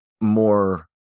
more